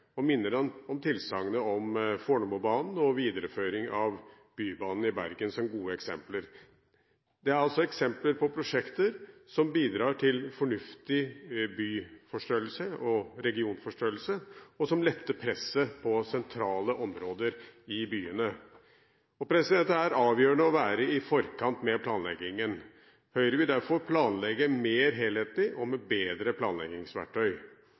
og minner om tilsagnet om Fornebubanen og videreføring av Bybanen i Bergen som gode eksempler. Det er eksempler på prosjekter som bidrar til fornuftig byforstørrelse og regionforstørrelse, og som letter presset på sentrale områder i byene. Det er avgjørende å være i forkant med planleggingen. Høyre vil derfor planlegge mer helhetlig og med bedre planleggingsverktøy.